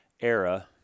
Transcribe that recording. era